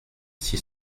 six